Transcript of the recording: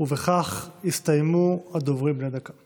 ובכך יסתיימו הדוברים בנאומים בני דקה.